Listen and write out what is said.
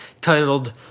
titled